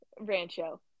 Rancho